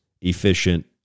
efficient